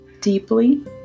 deeply